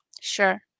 Sure